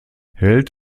held